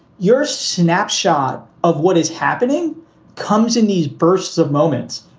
your snapshot of what is happening comes in these bursts of moments.